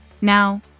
Now